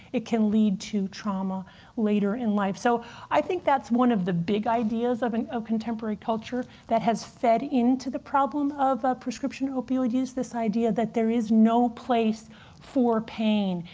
it can lead to trauma later in life. so i think that's one of the big ideas of and of contemporary culture that has fed into the problem of prescription opioid use, this idea that there is no place for pain,